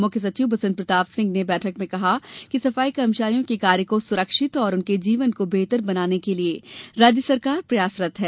मुख्य सचिव बसंत प्रताप सिंह ने बैठक में कहा कि सफाई कर्मचारियों के कार्य को सुरक्षित और उनके जीवन को बेहतर बनाने के लिये राज्य सरकार प्रयासरत है